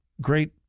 great